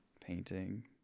painting